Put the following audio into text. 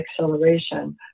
acceleration